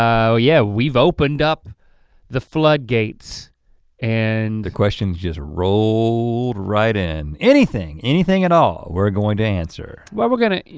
so yeah, we've opened up the floodgates and the questions just rolled right in. anything, anything at all we're going to answer. well we're gonna,